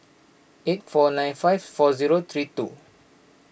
eight four nine five four zero three two